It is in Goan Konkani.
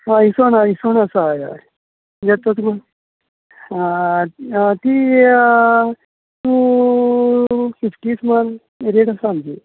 हय इस्वण आसा इस्वण आसा हय हय येत तर तुमी ती टू स्किसटी सुमार रेट आसा आमची